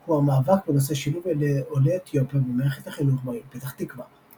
הוא המאבק בנושא שילוב ילדי עולי אתיופיה במערכת החינוך בעיר פתח תקווה.